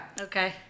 Okay